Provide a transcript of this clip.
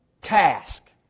task